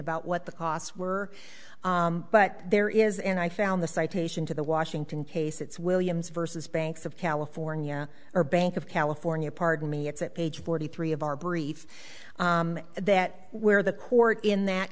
about what the costs were but there is and i found the citation to the washington case it's williams versus banks of california or bank of california pardon me it's at page forty three of our brief that where the court in that